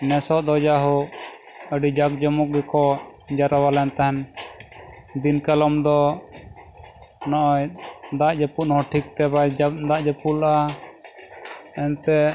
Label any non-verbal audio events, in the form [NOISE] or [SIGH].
ᱱᱮᱥᱚᱜ ᱫᱚ ᱟᱹᱰᱤ ᱡᱟᱠ ᱡᱚᱢᱚᱠ ᱜᱮᱠᱚ ᱡᱟᱣᱨᱟᱞᱮᱱ ᱛᱟᱦᱮᱱ ᱫᱤᱱᱠᱟᱞᱚᱢ ᱫᱚ ᱱᱚᱜᱼᱚᱸᱭ ᱫᱟᱜ ᱡᱟᱹᱯᱩᱫ ᱦᱚᱸ ᱴᱷᱤᱠ ᱛᱮ ᱵᱟᱭ [UNINTELLIGIBLE] ᱫᱟᱜ ᱡᱟᱹᱯᱩᱫᱼᱟ ᱮᱱᱛᱮ